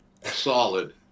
solid